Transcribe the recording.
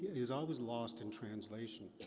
is always lost in translation.